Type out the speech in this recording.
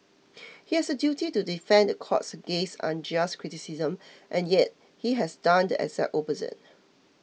he has a duty to defend the courts against unjust criticism and yet he has done the exact opposite